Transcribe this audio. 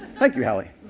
thank you, hallie.